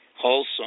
wholesome